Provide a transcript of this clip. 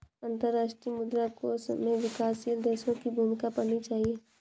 अंतर्राष्ट्रीय मुद्रा कोष में विकासशील देशों की भूमिका पढ़नी चाहिए